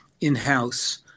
in-house